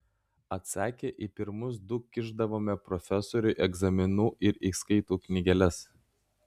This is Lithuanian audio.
atsakę į pirmus du kišdavome profesoriui egzaminų ir įskaitų knygeles